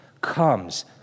comes